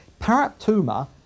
paraptuma